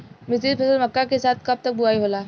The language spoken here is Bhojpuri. मिश्रित फसल मक्का के साथ कब तक बुआई होला?